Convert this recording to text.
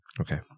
okay